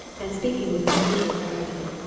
and speaking with unusual gravity,